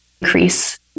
increase